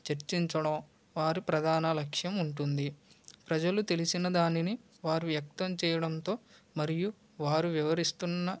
చర్చించడం వారు ప్రధాన లక్ష్యం ఉంటుంది ప్రజలు తెలిసిన దానిని వారు వ్యక్తం చేయడంతో మరియు వారు వివరిస్తున్న